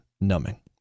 numbing